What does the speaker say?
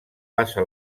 passa